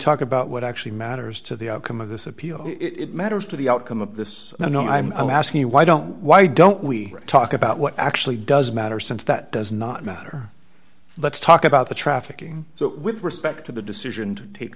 talk about what actually matters to the outcome of this appeal it matters to the outcome of this i know i'm asking you why don't why don't we talk about what actually does matter since that does not matter let's talk about the trafficking so with respect to the decision to take